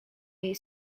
jej